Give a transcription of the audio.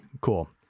cool